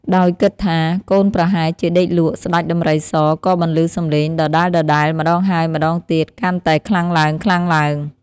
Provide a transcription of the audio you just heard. ដោយគិតថា កូនប្រហែលជាដេកលក់ ស្តេចដំរីសក៏បន្លឺសម្លេងដដែលៗម្តងហើយម្តងទៀតកាន់តែខ្លាំងឡើងៗ។